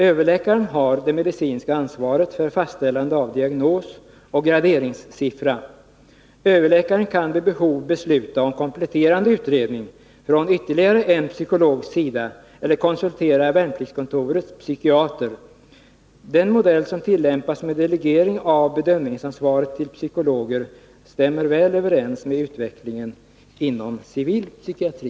Överläkaren har det medicinska ansvaret för fastställande av diagnos och graderingssiffra och kan vid behov besluta om kompletterande utredning från ytterligare en psykolog eller konsultera värnpliktskontorets psykiater. Den modell som tillämpas med delegering av 123 bedömningsansvaret till psykologer stämmer väl överens med utvecklingen inom civil psykiatri.